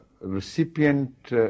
recipient